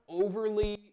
overly